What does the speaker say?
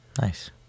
Nice